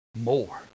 more